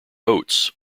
oats